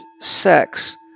sex